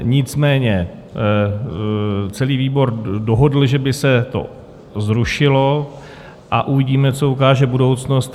Nicméně celý výbor dohodl, že by se to zrušilo, a uvidíme, co ukáže budoucnost.